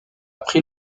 pris